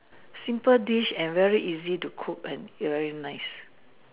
simple dish and very easy to cook and very nice